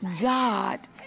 God